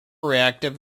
reactive